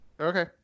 okay